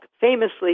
famously